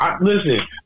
Listen